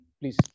please